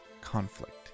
conflict